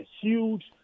huge